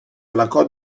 placò